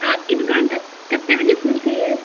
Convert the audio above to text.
आपकी दुकान कतने बजे खुलती है